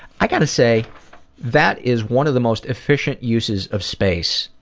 i gotta say that is one of the most efficient uses of space.